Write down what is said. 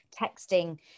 texting